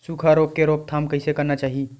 सुखा रोग के रोकथाम कइसे करना चाही?